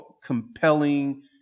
compelling